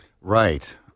Right